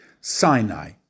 Sinai